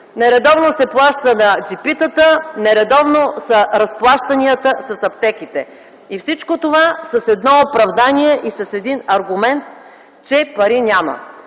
Нередовно се плаща на джипитата, нередовно са разплащанията с аптеките. И всичко това с едно оправдание и с един аргумент, че пари няма.